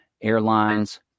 airlines